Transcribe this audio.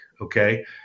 okay